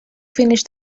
finish